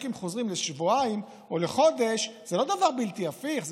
צ'קים חוזרים לשבועיים או לחודש זה לא דבר בלתי הפיך,